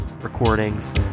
recordings